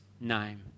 name